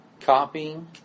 Copying